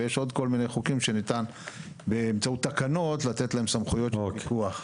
ויש עוד כל מיני חוקים שניתן באמצעות תקנות לתת להם סמכויות של פיקוח.